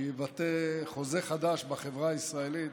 שיבטא חוזה חדש בחברה הישראלית,